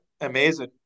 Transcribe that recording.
Amazing